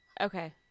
Okay